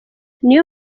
niyo